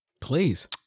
please